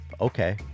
okay